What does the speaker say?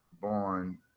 born